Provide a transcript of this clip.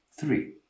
Three